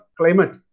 climate